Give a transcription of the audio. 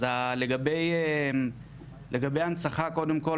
לגבי הנצחה קודם כל,